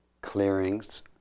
clearings